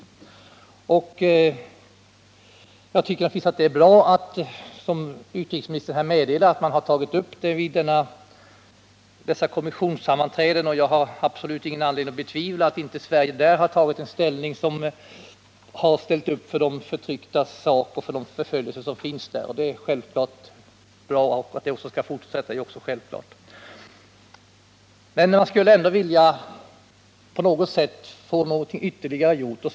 Jag tycker det är bra att man, som utrikesministern här meddelar, har tagit upp frågan vid dessa kommissionssammanträden. Jag har absolut ingen anledning att betvivla att Sverige där har tagit ställning och ställt upp för de förtrycktas sak och mot dessa förföljelser, och det är självfallet bra att man skall göra det också i fortsättningen. Men jag skulle ändå vilja att ytterligare insatser på något sätt gjordes.